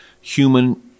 human